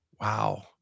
wow